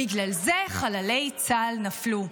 בגלל זה חללי צה"ל נפלו.